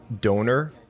donor